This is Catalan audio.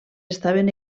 estaven